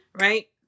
Right